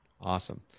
Awesome